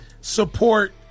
support